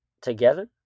together